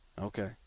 Okay